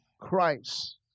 Christ